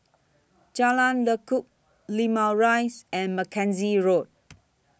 Jalan Lekub Limau Rise and Mackenzie Road